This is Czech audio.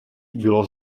byla